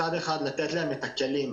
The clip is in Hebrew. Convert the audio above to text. מצד אחד, לתת להם את הכלים.